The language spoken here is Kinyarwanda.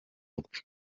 rupfu